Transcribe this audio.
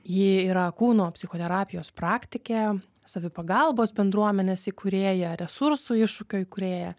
ji yra kūno psichoterapijos praktikė savipagalbos bendruomenės įkūrėja resursų iššūkio įkūrėja